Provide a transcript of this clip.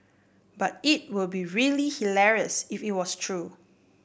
but it would be really hilarious if it was true